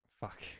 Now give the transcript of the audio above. Fuck